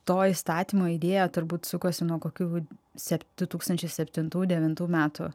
to įstatymo idėja turbūt sukosi nuo kokių sept su tūkstančiai septintų devintų metų